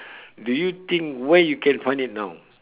do you think where you can find it now